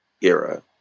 era